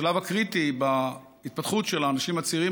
השלב הקריטי בהתפתחות של האנשים הצעירים